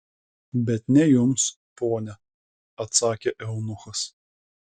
bet ne jums ponia atsakė eunuchas